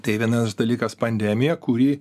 tai vienas dalykas pandemija kuri